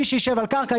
מי שישב על קרקע,